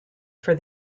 for